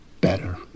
better